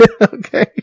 Okay